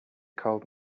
called